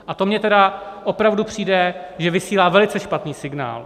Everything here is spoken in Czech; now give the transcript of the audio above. A to mně tedy opravdu přijde, že vysílá velice špatný signál.